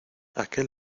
aquel